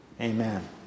Amen